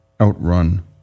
outrun